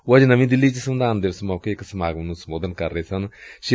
ਉਹ ਅੱਜ ਨਵੀਂ ਦਿੱਲੀ ਚ ਸੰਵਿਧਾਨ ਦਿਵਸ ਮੌਕੇ ਇਕ ਸਮਾਗਮ ਨੰ ਸੰਬੋਧਨ ਕਰ ਰਹੇ ਸਨ